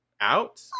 out